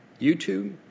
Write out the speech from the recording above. YouTube